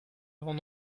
avant